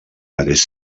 mateix